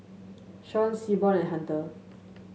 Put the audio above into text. Shawn Seaborn and Hunter